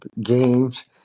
games